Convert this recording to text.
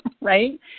right